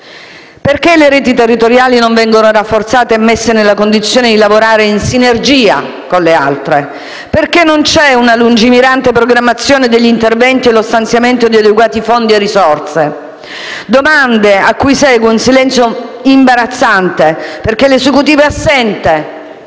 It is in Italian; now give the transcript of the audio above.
Perché le reti territoriali non vengono rafforzate e messe nella condizione di lavorare in sinergia con le altre? Perché non c'è una lungimirante programmazione degli interventi e lo stanziamento di adeguati fondi e risorse? Domande a cui segue un silenzio imbarazzante, perché l'Esecutivo è assente.